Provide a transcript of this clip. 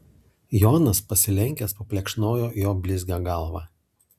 jonas pasilenkęs paplekšnojo jo blizgią galvą